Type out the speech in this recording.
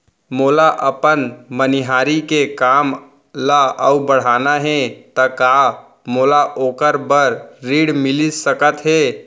मोला अपन मनिहारी के काम ला अऊ बढ़ाना हे त का मोला ओखर बर ऋण मिलिस सकत हे?